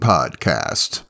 Podcast